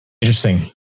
Interesting